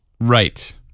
Right